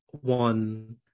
one